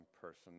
person